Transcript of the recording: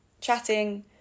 chatting